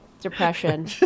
Depression